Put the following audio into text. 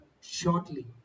shortly